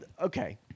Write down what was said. Okay